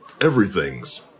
Everything's